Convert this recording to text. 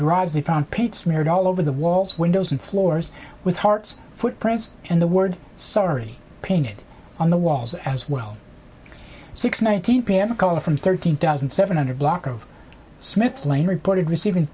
garage they found paint smeared all over the walls windows and floors with hearts footprints and the word sorry painted on the walls as well six nineteen p m a caller from thirteen thousand seven hundred block of smith's lane reported receiving